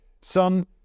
son